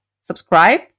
subscribe